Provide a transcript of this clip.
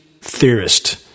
theorist